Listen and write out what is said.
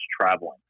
traveling